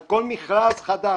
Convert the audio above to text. על כל מכרז חדש,